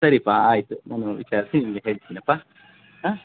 ಸರಿಯಪ್ಪ ಆಯಿತು ನಾನು ವಿಚಾರಿಸಿ ನಿನಗೆ ಹೇಳ್ತೀನಪ್ಪ